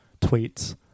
tweets